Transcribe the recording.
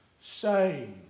saved